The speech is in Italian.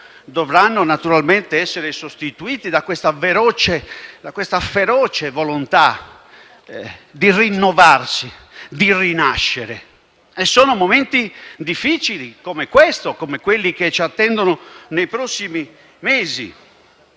dovranno naturalmente essere sostituiti da questa feroce volontà di rinnovarsi e rinascere. Sono difficili i momenti come questo e come quelli che ci attendono nei prossimi mesi,